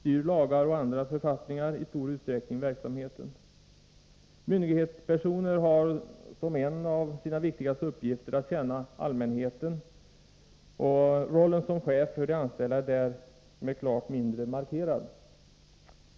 styr lagar och andra författningar i stor utsträckning verksamheten. Myndighetspersoner har som en av sina viktigaste uppgifter att tjäna allmänheten, och rollen som chef för de anställda är därmed klart mindre markerad.